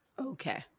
Okay